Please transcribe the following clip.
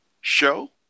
show